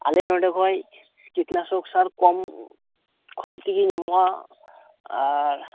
ᱟᱞᱮ ᱱᱚᱰᱮ ᱠᱷᱚᱡ ᱠᱤᱴᱱᱟᱥᱚᱠ ᱥᱟᱨ ᱠᱚᱢ ᱠᱷᱚᱡ ᱛᱮᱜᱮ ᱧᱟᱢᱚᱜᱼᱟ ᱟᱨ